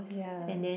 ya